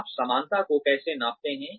आप समानता को कैसे नापते हैं